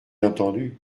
entendu